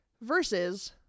Versus